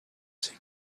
ses